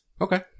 Okay